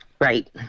Right